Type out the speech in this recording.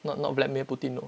not not vladimir putin know